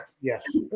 Yes